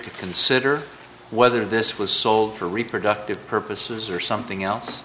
to consider whether this was sold for reproductive purposes or something else